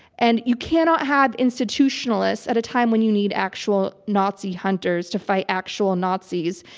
and you cannot have institutionalists at a time when you need actual nazi hunters to fight actual nazis.